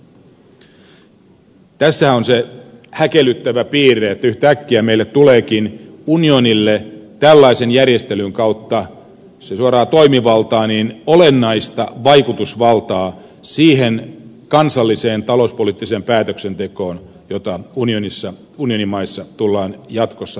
tässähän on se häkellyttävä piirre että yhtäkkiä unionille tuleekin tällaisen järjestelyn kautta jos ei suoraa toimivaltaa niin olennaista vaikutusvaltaa siihen kansalliseen talouspoliittiseen päätöksentekoon jota unionimaissa tullaan jatkossa tekemään